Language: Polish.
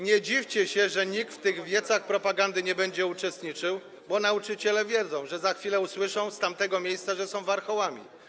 Nie dziwcie się, że nikt w tych wiecach propagandy nie będzie uczestniczył, bo nauczyciele wiedzą, że za chwilę z tamtego miejsca usłyszą, że są warchołami.